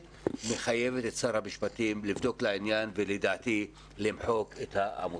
מחייבים את שר המשפטים לבדוק את העניין ולדעתי גם למחוק את העמותה.